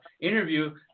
interview